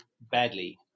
badly